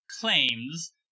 claims